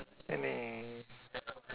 oh no